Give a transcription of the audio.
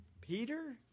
Peter